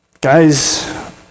Guys